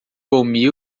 google